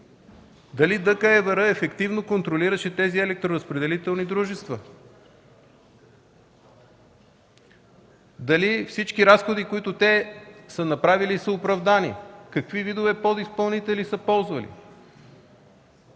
Дали ДКЕВР ефективно контролираше тези електроразпределителни дружества? Дали всички разходи, които те са направили са оправдани? Какви видове подизпълнители са ползвали?